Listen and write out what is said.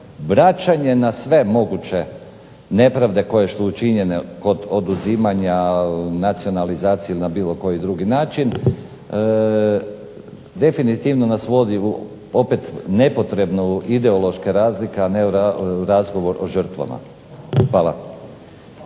vraćanje na sve moguće nepravde koje su učinjene kod oduzimanja nacionalizacije na bilo koji način definitivno nas vodi u nepotrebne ideološke razlike a ne u razgovor o žrtvama. Hvala.